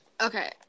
Okay